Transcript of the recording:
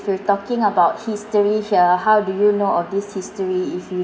like if you're talking about history here how do you know of this history if you